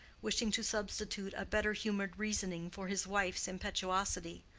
wishing to substitute a better-humored reasoning for his wife's impetuosity.